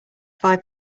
five